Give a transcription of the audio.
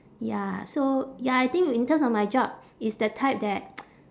ya so ya I think in terms of my job it's the type that